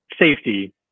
safety